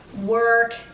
work